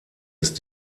ist